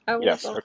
Yes